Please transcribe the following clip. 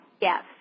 Yes